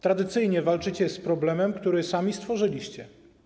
Tradycyjnie walczycie z problemem, który sami stworzyliście.